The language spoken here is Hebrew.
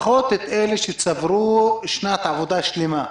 לפחות את אלה שצברו שנת עבודה שלמה,